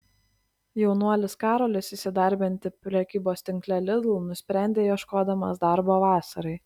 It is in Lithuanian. jaunuolis karolis įsidarbinti prekybos tinkle lidl nusprendė ieškodamas darbo vasarai